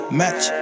match